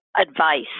advice